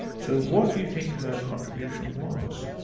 so what do you think her contribution was?